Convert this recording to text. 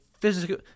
physical